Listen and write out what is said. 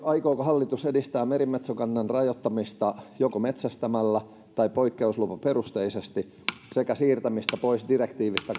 aikooko hallitus edistää merimetsokannan rajoittamista joko metsästämällä tai poikkeuslupaperusteisesti sekä siirtämistä pois direktiivistä